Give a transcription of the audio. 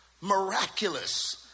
miraculous